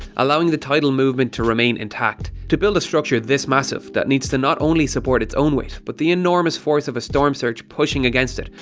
allowing the tidal movement to remain in tact. to build a structure this massive, that needs to not only support it's own weight, but the enormous force of a storm surge pushing against it,